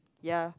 ya